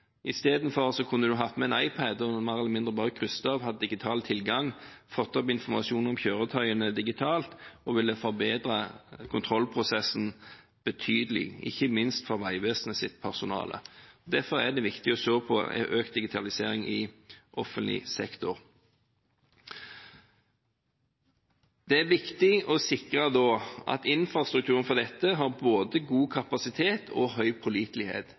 Istedenfor kunne de hatt med en iPad og mer eller mindre bare krysset av. De kunne hatt digital tilgang og fått opp informasjon om kjøretøyene digitalt, og det ville forbedret kontrollprosessen betydelig, ikke minst for Vegvesenets personale. Derfor er det viktig å se på økt digitalisering i offentlig sektor. Det er viktig å sikre at infrastrukturen for dette har både god kapasitet og høy pålitelighet